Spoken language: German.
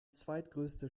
zweitgrößte